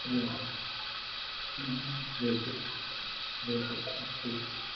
ईअं बिल्कुलु बिल्कुलु बिल्कुलु ठीकु